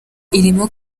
irimo